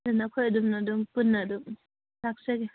ꯑꯗꯨꯅ ꯑꯩꯈꯣꯏ ꯑꯗꯨꯝ ꯄꯨꯟꯅ ꯑꯗꯨꯝ ꯂꯥꯛꯆꯒꯦ